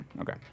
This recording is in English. Okay